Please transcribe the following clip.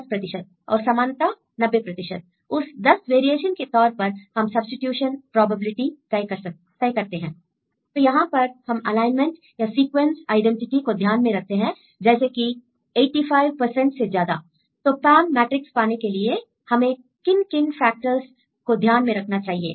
10 I और समानता 90 I उस 10 वेरिएशन के तौर पर हम सब्सीट्यूशन प्रोबेबिलिटी तय करते हैं I तो यहां पर हम अलाइनमेंट या सीक्वेंस आइडेंटिटी को ध्यान में रखते हैं जैसे कि 85 के ज्यादा I तो पाम मैट्रिक्स पाने के लिए हमें किन किन फैक्टर को ध्यान में रखना चाहिए